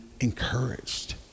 encouraged